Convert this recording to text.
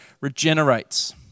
regenerates